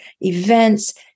events